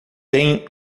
tem